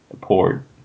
port